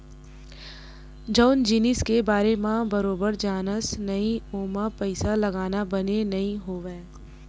जउन जिनिस के बारे म बरोबर जानस नइ ओमा पइसा लगाना बने नइ होवय